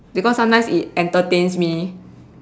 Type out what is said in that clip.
because sometimes it entertains me